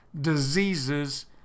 diseases